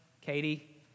Katie